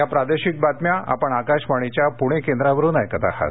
या प्रादेशिक बातम्या आपण आकाशवाणीच्या पुणे केंद्रावरुन ऐकत आहात